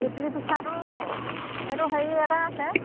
সুতুলি পিঠাটো সেইটো হেৰি এটা আছে